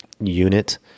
unit